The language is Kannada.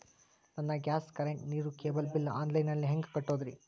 ನನ್ನ ಗ್ಯಾಸ್, ಕರೆಂಟ್, ನೇರು, ಕೇಬಲ್ ಬಿಲ್ ಆನ್ಲೈನ್ ನಲ್ಲಿ ಹೆಂಗ್ ಕಟ್ಟೋದ್ರಿ?